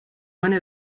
one